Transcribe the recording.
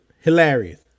hilarious